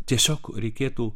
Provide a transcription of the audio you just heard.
tiesiog reikėtų